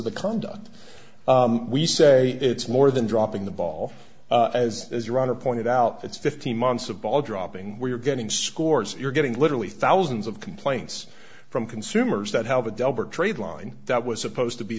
the conduct we say it's more than dropping the ball as as your honor pointed out it's fifteen months of ball dropping where you're getting scores you're getting literally thousands of complaints from consumers that have a delbert trade line that was supposed to be